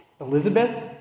Elizabeth